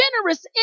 generous